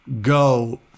go